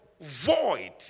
Void